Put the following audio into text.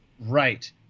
Right